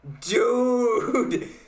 Dude